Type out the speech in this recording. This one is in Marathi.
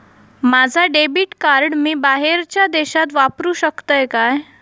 माझा डेबिट कार्ड मी बाहेरच्या देशात वापरू शकतय काय?